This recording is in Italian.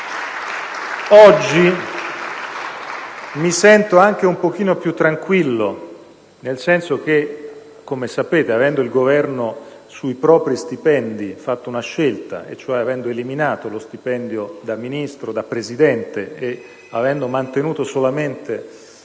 Oggi mi sento anche un pochino più tranquillo perché, come sapete, avendo il Governo sui propri stipendi fatto una scelta e cioè avendo eliminato lo stipendio da Ministro e da Presidente e mantenuto solamente